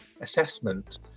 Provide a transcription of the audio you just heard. assessment